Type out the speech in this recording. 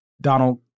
Donald